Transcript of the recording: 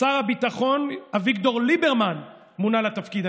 שר הביטחון אביגדור ליברמן מונה לתפקיד.